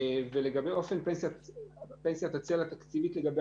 ולגבי אופן פנסיית הצל התקציבית לגבי